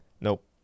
nope